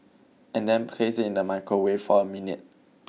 and then place it in the microwave for a minute